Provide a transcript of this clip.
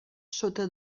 sota